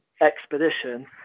Expedition